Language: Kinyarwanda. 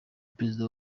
perezida